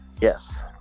Yes